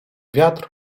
wiatr